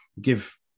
give